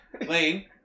Lane